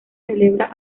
celebra